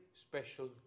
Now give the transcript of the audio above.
special